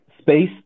space